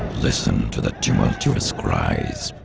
listen to the tumultuous cries!